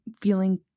feeling